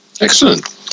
Excellent